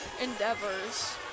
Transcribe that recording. endeavors